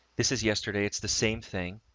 this is yesterday, it's the same thing